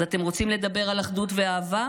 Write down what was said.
אז אתם רוצים לדבר על אחדות ואהבה?